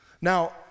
Now